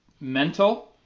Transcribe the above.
mental